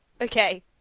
Okay